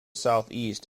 southeast